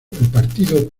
partido